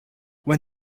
when